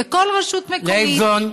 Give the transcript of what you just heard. וכל רשות מקומית,